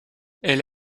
elle